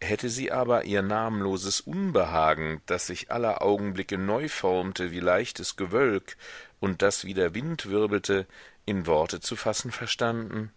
hätte sie aber ihr namenloses unbehagen das sich aller augenblicke neu formte wie leichtes gewölk und das wie der wind wirbelte in worte zu fassen verstanden